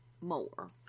more